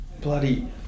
Bloody